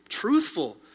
Truthful